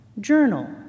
Journal